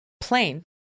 plane